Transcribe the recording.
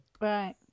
Right